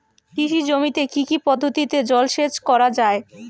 কৃষি জমিতে কি কি পদ্ধতিতে জলসেচ করা য়ায়?